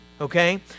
Okay